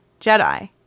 jedi